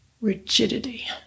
rigidity